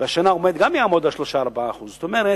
וגם השנה הוא יעמוד על 3% 4%. זאת אומרת,